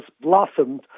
blossomed